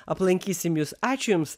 aplankysim jus ačiū jums